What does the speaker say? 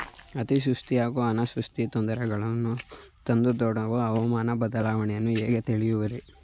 ಅತಿವೃಷ್ಟಿ ಹಾಗೂ ಅನಾವೃಷ್ಟಿ ತೊಂದರೆಗಳನ್ನು ತಂದೊಡ್ಡುವ ಹವಾಮಾನ ಬದಲಾವಣೆಯನ್ನು ಹೇಗೆ ತಿಳಿಯುವಿರಿ?